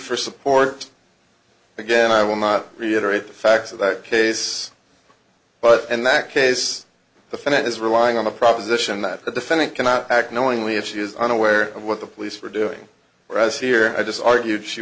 for support again i will not reiterate the facts of that case but in that case the phonetics relying on the proposition that the defendant cannot act knowingly if she is unaware of what the police were doing whereas here i just argued she